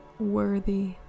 worthy